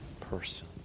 person